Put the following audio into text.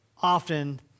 often